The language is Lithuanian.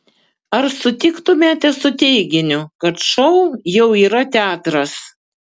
ar sutiktumėte su teiginiu kad šou jau yra teatras